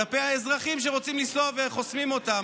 כלפי האזרחים שרוצים לנסוע וחוסמים אותם,